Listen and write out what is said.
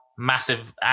massive